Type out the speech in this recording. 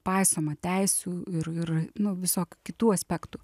paisoma teisių ir ir nu visokių kitų aspektų